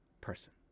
person